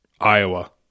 Iowa